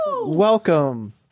Welcome